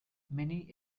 many